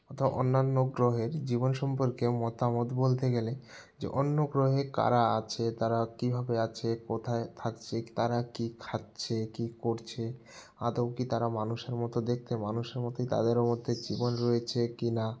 তো অন্যান্য গ্রহের জীবন সম্পর্কে মতামত বলতে গেলে যে অন্য গ্রহে কারা আছে তারা কীভাবে আছে কোথায় থাকছে তারা কী খাচ্ছে কী করছে আদৌ কি তারা মানুষের মতো দেখতে মানুষের মতোই তাদের মধ্যে জীবন রয়েছে কিনা